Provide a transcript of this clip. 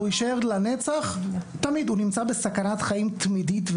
הוא נמצא בסכנת חיים תמידית,